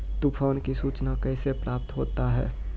तुफान की सुचना कैसे प्राप्त होता हैं?